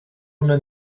una